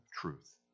truth